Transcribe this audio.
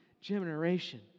generation